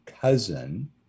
cousin